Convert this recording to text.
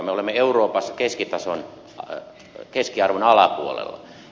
me olemme euroopassa keskiarvon alapuolella